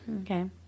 Okay